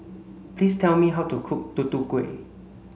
please tell me how to cook Tutu Kueh